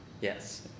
Yes